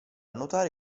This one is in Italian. nuotare